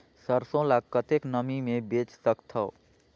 सरसो ल कतेक नमी मे बेच सकथव?